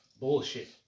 Bullshit